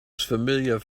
familiar